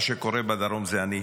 מה שקורה בדרום זה אני,